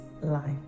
life